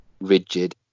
rigid